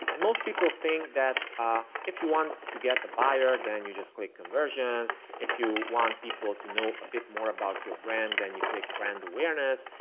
and most people think that if you want to get a buyer, then you just click conversions. if you want people to know a bit more about your brand and you click brand awareness,